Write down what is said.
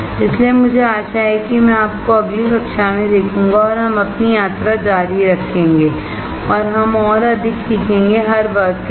इसलिए मुझे आशा है कि मैं आपको अगली कक्षा में देखूंगा और हम अपनी यात्रा जारी रखेंगे और हम और अधिक सीखेंगे हर वर्ग के साथ